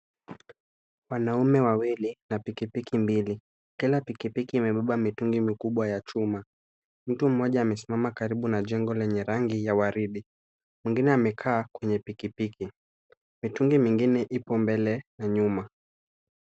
Wanaume wawili na pikipiki mbili. Kila pikipiki imebeba mitungi mikubwa ya chuma. Mtu mmoja amesimama karibu na jengo lenye rangi ya waridi mwingine amekaa kwenye pikipiki. Mitungi mingine ipo mbele na nyuma.